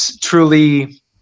truly